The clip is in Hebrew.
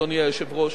אדוני היושב-ראש,